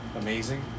amazing